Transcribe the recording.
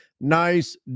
Nice